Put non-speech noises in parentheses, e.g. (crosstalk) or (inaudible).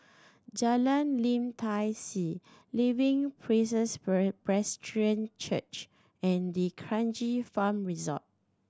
Jalan Lim Tai See Living Praises (unintelligible) Presbyterian Church and D'Kranji Farm Resort